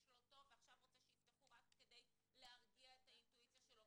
לא טוב ועכשיו רוצה שיפתחו רק כדי להרגיע את האינטואיציה שלו.